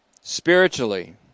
spiritually